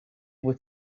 were